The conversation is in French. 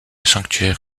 sanctuaire